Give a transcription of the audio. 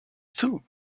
too